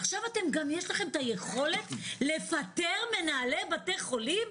עכשיו גם יש לכם את היכולת לפטר מנהלי בתי חולים?